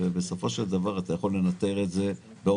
ובסופו של דבר אתה יכול לנטר את זה און-ליין.